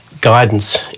guidance